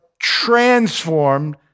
transformed